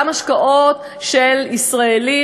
גם השקעות של ישראלים,